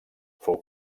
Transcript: fou